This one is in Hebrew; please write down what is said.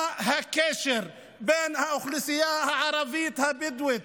מה הקשר בין האוכלוסייה הערבית-בדואית